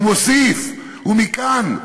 הוא מוסיף: "ומכאן,